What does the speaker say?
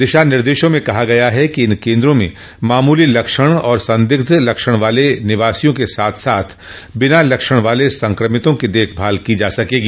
दिशा निर्देशों में कहा गया है कि इन केन्द्रों में मामूली लक्षण और संदिग्ध लक्षण वाले निवासियों के साथ साथ बिना लक्षण वाले संक्रमितों की देखभाल की जा सकेगी